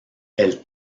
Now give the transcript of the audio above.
elle